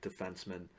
defenseman